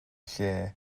lle